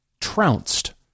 trounced